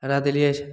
हरा देलियै छै